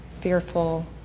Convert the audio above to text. fearful